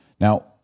Now